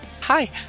Hi